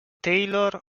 taylor